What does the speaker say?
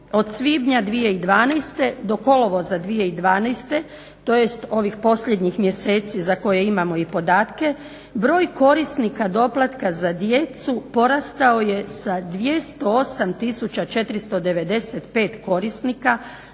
od svibnja 2012. do kolovoza 2012. tj. ovih posljednjih mjeseci za koje imamo i podatke broj korisnika doplatka za djecu porastao je sa 208495 korisnika